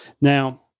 Now